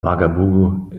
ouagadougou